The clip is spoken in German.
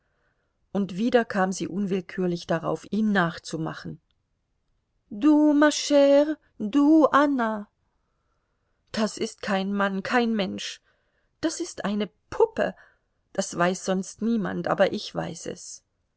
und wieder kam sie unwillkürlich darauf ihm nachzumachen du ma chre du anna das ist kein mann kein mensch das ist eine puppe das weiß sonst niemand aber ich weiß es